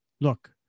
look